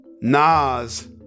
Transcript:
Nas